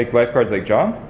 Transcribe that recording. like lifeguards like john?